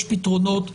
יש פתרונות.